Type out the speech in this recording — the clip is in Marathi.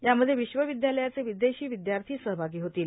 यामध्ये विश्वविदयालयाचे विदेशी विदयार्थी सहभागी होतील